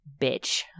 bitch